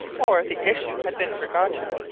or the issue had been forgotten.